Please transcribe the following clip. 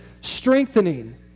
strengthening